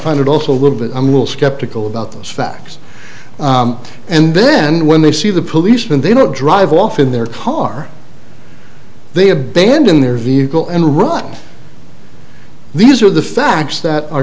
it also a little bit i'm a little skeptical about those facts and then when they see the policeman they don't drive off in their car they abandon their vehicle and run these are the facts that are